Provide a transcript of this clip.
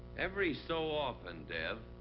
every so often, dev.